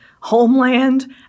Homeland